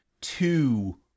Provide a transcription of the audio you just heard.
two